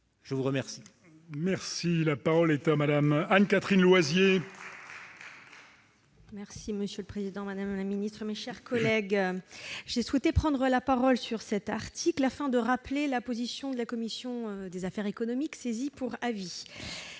Je vous remercie